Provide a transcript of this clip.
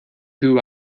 who